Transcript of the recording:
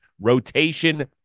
rotation